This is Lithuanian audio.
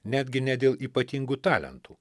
netgi ne dėl ypatingų talentų